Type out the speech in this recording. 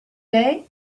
day